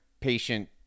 patient